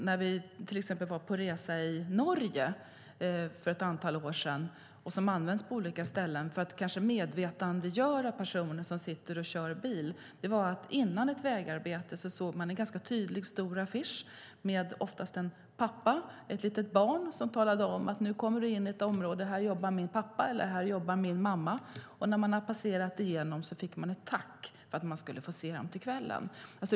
När vi var på resa i Norge för ett antal år sedan såg jag några skyltar som används på olika ställen för att medvetandegöra personer som sitter och kör bil på att det pågår vägarbete. Före ett vägarbete såg man en stor och tydlig affisch, ofta med en pappa och ett litet barn, som talade om att man nu kommer in i ett område där denna pappa eller mamma jobbar. När man hade passerat igenom vägarbetet fick man ett tack för att barnet skulle få se sin mamma eller pappa på kvällen.